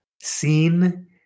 Seen